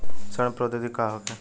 सड़न प्रधौगिकी का होखे?